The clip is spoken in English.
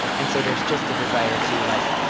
and so there's just a desire to, like,